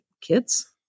kids